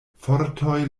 fortoj